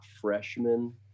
freshman